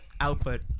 output